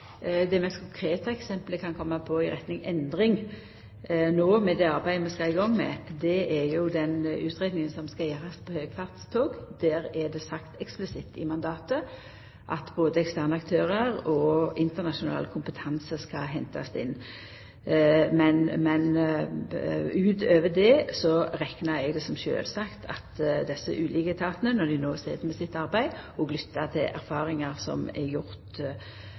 Det mest konkrete eksempelet eg kan koma på i retning av endring når det gjeld det arbeidet vi skal i gang med, er utgreiinga om høgfartstog. Der er det sagt eksplitt i mandatet at både eksterne aktørar og internasjonal kompetanse skal hentast inn. Men utover det reknar eg det som sjølvsagt at desse ulike etatane, når dei no sit med sitt arbeid, òg lyttar til erfaringar som er